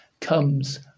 comes